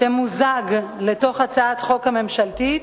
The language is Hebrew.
תמוזג עם הצעת החוק הממשלתית,